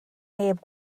neb